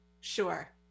Sure